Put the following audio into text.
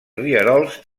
rierols